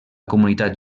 comunitat